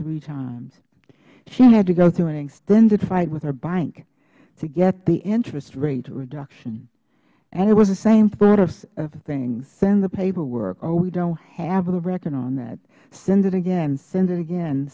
three timesh she had to go through an extended fight with her bank to get the interest rate reduction and it was the same sort of thing send the paperwork oh we don't have the record on that send it again send it again